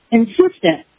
insistent